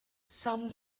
some